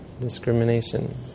discrimination